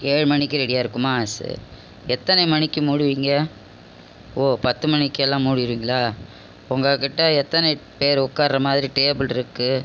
ஏழு மணிக்கு ரெடியாக இருக்குமா சரி எத்தனை மணிக்கு மூடுவிங்க ஓ பத்து மணிக்கெல்லாம் மூடிடுவீங்களா உங்கள்கிட்ட எத்தனை பேர் உட்கார்ற மாதிரி டேபிள் இருக்கு